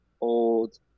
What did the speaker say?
old